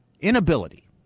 inability